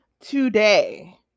today